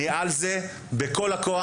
אני על זה בכל הכוח,